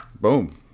boom